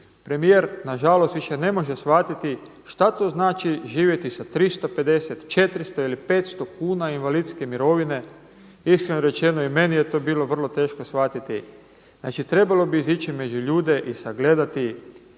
Premijer na žalost više ne može shvatiti šta to znači živjeti sa 350, 400, 500 kuna invalidske mirovine. Iskreno rečeno i meni je to bilo vrlo teško shvatiti. Znači, trebalo bi izići među ljude i sagledati